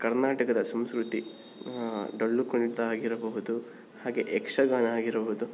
ಕರ್ನಾಟಕದ ಸಂಸ್ಕೃತಿ ಡೊಳ್ಳು ಕುಣಿತ ಆಗಿರಬಹುದು ಹಾಗೆ ಯಕ್ಷಗಾನ ಆಗಿರ್ಬೋದು